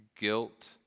guilt